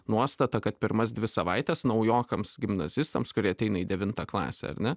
nuostatą kad pirmas dvi savaites naujokams gimnazistams kurie ateina į devintą klasę ar ne